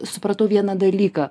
supratau vieną dalyką